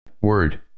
Word